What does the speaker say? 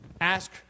ask